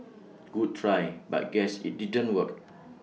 good try but guess IT didn't work